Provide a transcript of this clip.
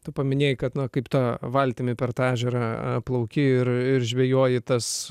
tu paminėjai kad na kaip ta valtimi per tą ežerą plauki ir ir žvejoji tas